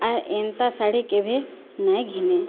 ଆର୍ ଏନ୍ତା ଶାଢ଼ୀ କେବେ ନାହିଁ ଘିନେ